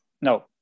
No